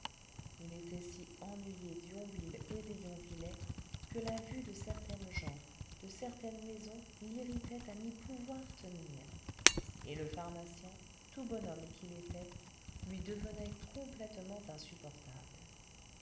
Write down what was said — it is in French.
il était si ennuyé d'yonville et des yonvillais que la vue de certaines gens de certaines maisons l'irritait à n'y pouvoir tenir et le pharmacien tout bonhomme qu'il était lui devenait complètement insupportable